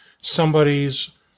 somebody's